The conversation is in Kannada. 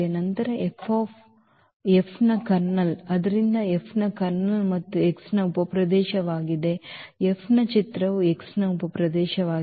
ನಂತರ F ನ ಕರ್ನಲ್ ಆದ್ದರಿಂದ F ನ ಈ ಕರ್ನಲ್ ಮತ್ತು X ನ ಉಪಪ್ರದೇಶವಾಗಿದೆ ಮತ್ತು F ನ ಚಿತ್ರವು X ನ ಉಪಪ್ರದೇಶವಾಗಿದೆ